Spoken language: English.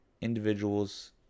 individuals